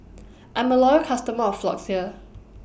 I'm A Loyal customer of Floxia